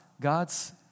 God's